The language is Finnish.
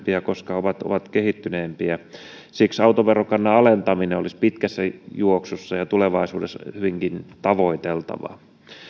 turvallisempia koska ovat ovat kehittyneempiä siksi autoverokannan alentaminen olisi pitkässä juoksussa ja tulevaisuudessa hyvinkin tavoiteltavaa